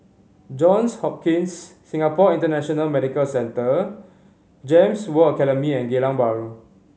Johns Hopkins Singapore International Medical Centre GEMS World Academy and Geylang Bahru